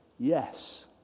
Yes